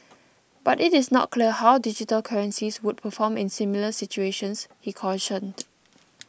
but it is not clear how digital currencies would perform in similar situations he cautioned